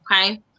okay